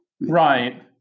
Right